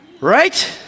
Right